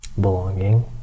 Belonging